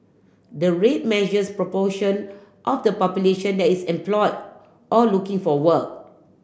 the rate measures proportion of the population that is employed or looking for work